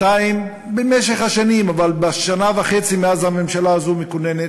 במשך השנים, אבל בשנה וחצי מאז הממשלה הזאת כוננה,